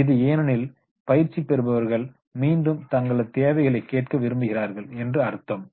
இது ஏனெனில் பயிற்சி பெறுபவர்கள் மீண்டும் தங்களது தேவைகளை கேட்க விரும்புகிறார்கள் என்று அர்த்தம்